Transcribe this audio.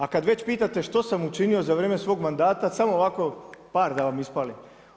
A kad već pitate što sam učinio za vrijeme svog mandata, samo ovako par da vam ispalim.